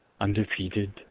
undefeated